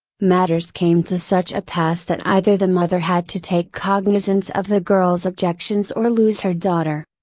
matters came to such a pass that either the mother had to take cognizance of the girl's objections or lose her daughter.